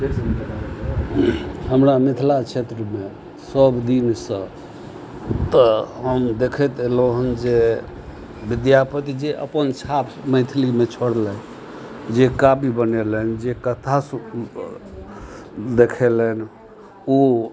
हमरा मिथिला क्षेत्रमे सब दिनसँ तऽ हम देखैत एलौहन जे विद्यापति जे अपन छाप मैथिलीमे छोड़लनि जे काफी बनेलनि जे कथा देखेलनि ओ